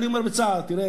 אני אומר בצער, תראה,